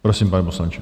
Prosím, pane poslanče.